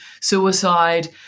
suicide